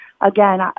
Again